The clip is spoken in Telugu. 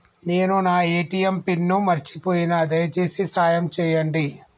నేను నా ఏ.టీ.ఎం పిన్ను మర్చిపోయిన, దయచేసి సాయం చేయండి